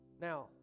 Now